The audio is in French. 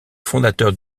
fondateurs